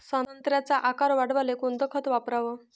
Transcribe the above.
संत्र्याचा आकार वाढवाले कोणतं खत वापराव?